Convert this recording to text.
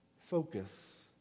focus